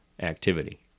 activity